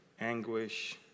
anguish